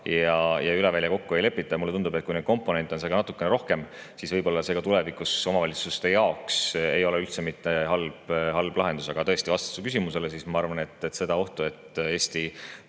aga üle välja kokku ei lepita. Mulle tundub, et kui neid komponente on seal ka natukene rohkem, siis võib-olla see ei ole ka tulevikus omavalitsuste jaoks üldse mitte halb lahendus. Aga tõesti, vastus su küsimusele: ma arvan, et seda ohtu, et Eesti